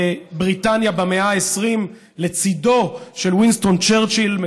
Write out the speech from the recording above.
בבריטניה, במאה ה-20, לצידו של וינסטון צ'רצ'יל.